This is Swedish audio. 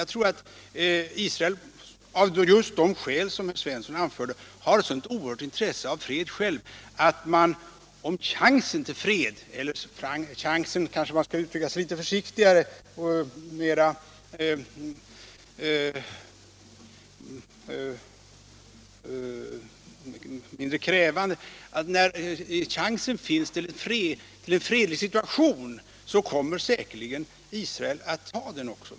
Jag tror att Israel av just de skäl herr Svensson anförde har ett sådant oerhört intresse av fred att man, om det finns någon chans till fred eller — för att uttrycka sig litet mer försiktigt och mindre krävande — en fredlig situation, säkert kommer att ta den också.